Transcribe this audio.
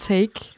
Take